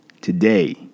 today